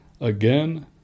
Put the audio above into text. Again